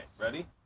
ready